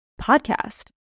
Podcast